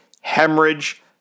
hemorrhage